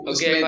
Okay